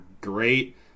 great